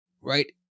right